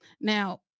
Now